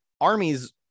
armies